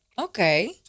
Okay